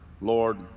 Lord